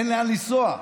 אין לאן לנסוע,